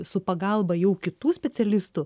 su pagalba jau kitų specialistų